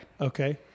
Okay